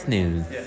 News